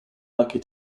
lucky